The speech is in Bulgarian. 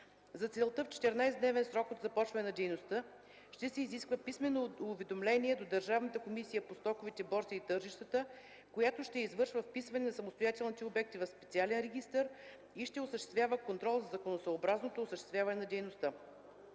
За целта в 14-дневен срок от започване на дейността ще се изисква писмено уведомление до Държавната комисия по стоковите борси и тържищата, която ще извършва вписване на самостоятелните обекти в специален регистър и ще осъществява контрола за законосъобразното осъществяване на дейността.